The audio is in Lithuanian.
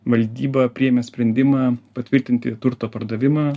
valdyba priėmė sprendimą patvirtinti turto pardavimą